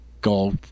golf